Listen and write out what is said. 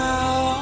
Now